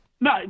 No